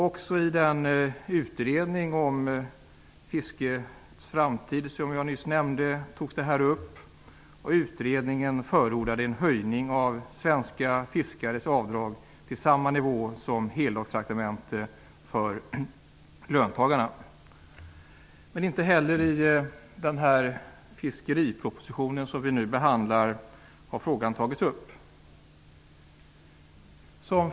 Också i den utredning om fiskets framtid som jag nyss nämnde togs ämnet upp. Utredningen förordade en höjning av svenska fiskares avdrag till nivån för heldagstraktamente för löntagarna. Men inte heller i den fiskeriproposition som vi nu behandlar har frågan tagits upp.